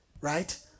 right